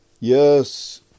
Yes